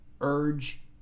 urge